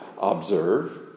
observe